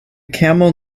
camel